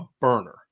burner